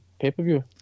pay-per-view